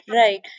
right